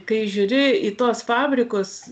kai žiūri į tuos fabrikus